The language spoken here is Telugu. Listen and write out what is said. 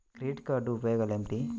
క్రెడిట్ కార్డ్ ఉపయోగాలు ఏమిటి?